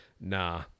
nah